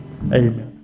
Amen